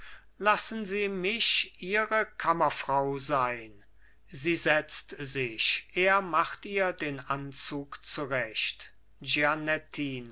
lassen sie mich ihre kammerfrau sein sie setzt sich er macht ihr den anzug zurecht